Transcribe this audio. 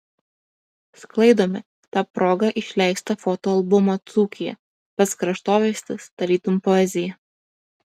sklaidome ta proga išleistą fotoalbumą dzūkija pats kraštovaizdis tarytum poezija